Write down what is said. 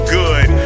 good